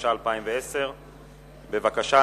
התש"ע 2010. בבקשה.